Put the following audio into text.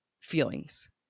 feelings